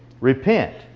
Repent